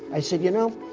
i said, you know,